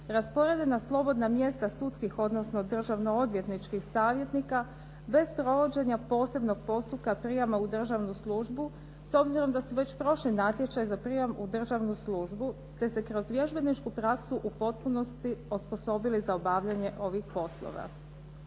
rasporede na slobodna mjesta sudskih odnosno državno odvjetničkih savjetnika bez provođenja posebnog postupka prijama u državnu službu. S obzirom da su već prošli natječaj za prijam u državnu službu, te se kroz vježbeničku praksu u potpunosti za obavljanje ovih poslova.